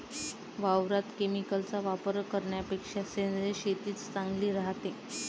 वावरात केमिकलचा वापर करन्यापेक्षा सेंद्रिय शेतीच चांगली रायते